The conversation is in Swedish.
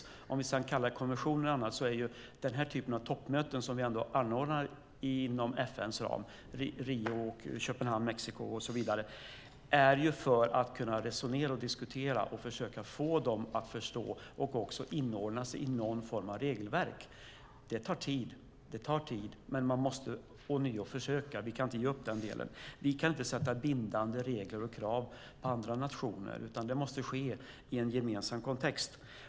Oavsett om vi sedan kallar det kommission eller något annat är den typ av toppmöten som vi anordnar inom FN:s ram i Rio, Köpenhamn eller Mexiko till för att kunna resonera och diskutera och försöka få dessa länder att förstå och också inordna sig i någon form av regelverk. Det tar tid, men man måste ånyo försöka. Vi kan inte ge upp den delen. Vi kan inte sätta bindande regler för och ställa krav på andra nationer, utan det måste ske i en gemensam kontext.